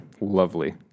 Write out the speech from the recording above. lovely